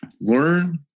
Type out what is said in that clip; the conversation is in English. Learn